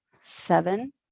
seven